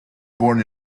born